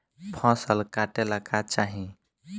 फसल काटेला का चाही?